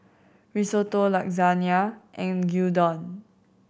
Risotto Lasagna and Gyudon